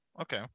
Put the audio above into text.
Okay